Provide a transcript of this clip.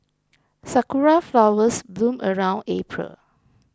sakura flowers bloom around April